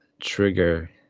trigger